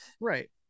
right